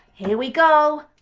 here we go!